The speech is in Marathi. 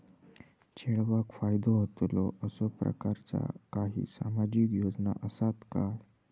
चेडवाक फायदो होतलो असो प्रकारचा काही सामाजिक योजना असात काय?